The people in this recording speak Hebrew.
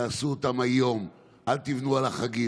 תעשו אותן היום, אל תבנו על החגים.